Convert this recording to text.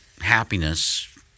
happiness